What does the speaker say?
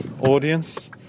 audience